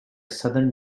southern